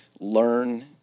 learn